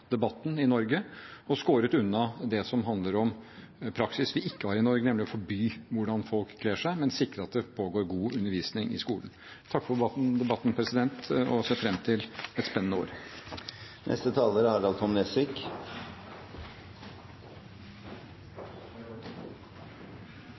debatten i Norge og skåret unna det som handler om praksis vi ikke har i Norge, nemlig å forby hvordan folk kler seg, men sikre at det pågår god undervisning i skolen. Takk for debatten – og jeg ser fram til et spennende